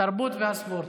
התרבות והספורט.